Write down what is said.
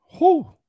Whoo